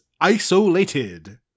isolated